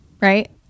right